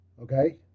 Okay